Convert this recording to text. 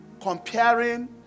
comparing